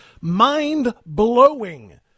mind-blowing